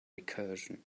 recursion